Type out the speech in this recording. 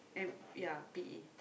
and ya P_E